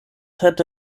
hätte